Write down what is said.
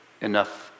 enough